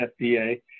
FDA